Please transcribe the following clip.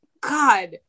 god